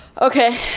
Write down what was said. Okay